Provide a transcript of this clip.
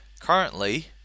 Currently